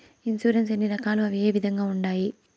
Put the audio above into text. insurance ఎన్ని రకాలు అవి ఏ విధంగా ఉండాయి